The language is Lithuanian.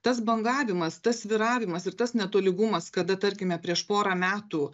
tas bangavimas tas svyravimas ir tas netolygumas kada tarkime prieš porą metų